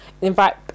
invite